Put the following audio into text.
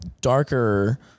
darker